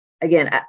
again